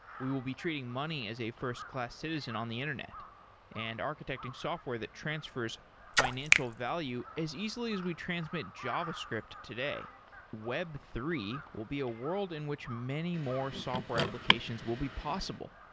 we will be treating money as a first-class citizen on the internet and architecting software that transfers financial value as easily as we transmit javascript today web three will be a world in which many more software applications will be possible.